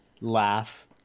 laugh